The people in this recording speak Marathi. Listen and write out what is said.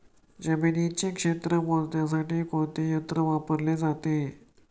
जमिनीचे क्षेत्र मोजण्यासाठी कोणते यंत्र वापरले जाते?